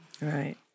Right